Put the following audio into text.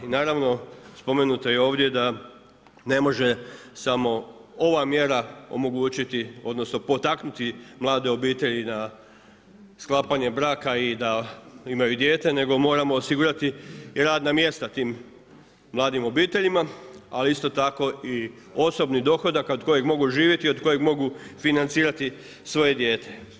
I naravno spomenuto je i ovdje da ne može samo ova mjera omogućiti, odnosno potaknuti mlade obitelji na sklapanje braka i da imaju dijete, nego moramo osigurati radna mjesta tim mladim obiteljima, ali isto tako i osobni dohodak od kojeg mogu živjeti, od kojeg mogu financirati svoje dijete.